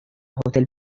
هتل